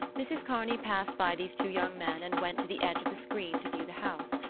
mrs. kearney passed by these two young men and went to the edge of the screen to view the house.